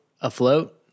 afloat